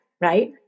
right